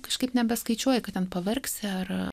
kažkaip nebeskaičiuoji kad ten paverksi ar